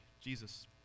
Jesus